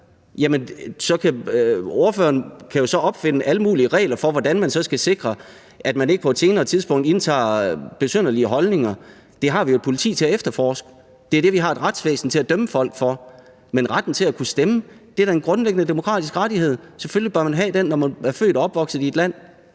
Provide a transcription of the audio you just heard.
Spørgeren kan jo så opfinde alle mulige regler for, hvordan man så skal sikre, at man ikke på et senere tidspunkt indtager besynderlige holdninger. Det har vi jo et politi til at efterforske. Det er det, vi har et retsvæsen til at dømme folk for. Men retten til at kunne stemme er da en grundlæggende demokratisk rettighed. Selvfølgelig bør man have den, når man er født og opvokset i et land.